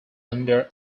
under